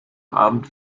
abend